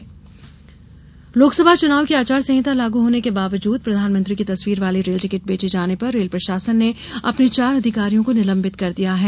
निलंबन लोकसभा चुनाव की आचार संहिता लागू होने के बावजूद प्रधानमंत्री की तस्वीर वाले रेल टिकट बेचे जाने पर रेल प्रशासन ने अपने चार अधिकारियों को निलंबित कर दिया है